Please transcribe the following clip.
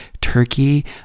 turkey